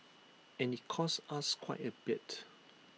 and IT costs us quite A bit